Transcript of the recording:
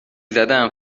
زدم